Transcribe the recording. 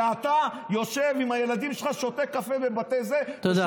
ואתה יושב עם הילדים שלך, שותה קפה בבתי, תודה.